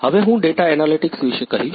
હવે હું data analytics વિશે કહીશ